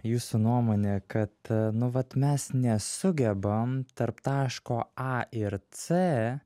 jūsų nuomone kad nu vat mes nesugebam tarp taško a ir c